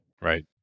Right